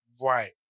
right